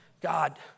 God